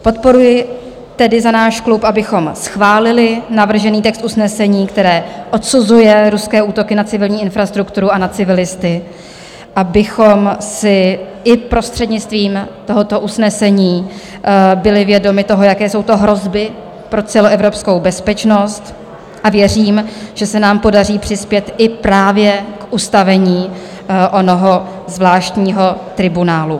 Podporuji tedy za náš klub, abychom schválili navržený text usnesení, které odsuzuje ruské útoky na civilní infrastrukturu a na civilisty, abychom si i prostřednictvím tohoto usnesení byli vědomi toho, jaké jsou to hrozby pro celoevropskou bezpečnost, a věřím, že se nám podaří přispět i právě k ustavení onoho zvláštního tribunálu.